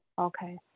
okay